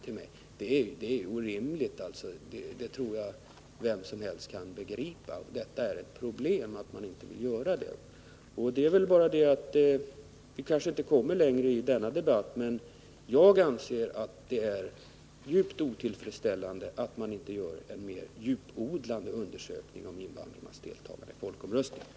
Jag tror att vem som helst kan begripa att detta är ett problem. Enligt min mening är det djupt otillfredsställande att man inte gör en mer djuplodande undersökning om invandrarnas deltagande i folkomröstningar.